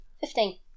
Fifteen